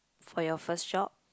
for your first job